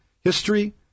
history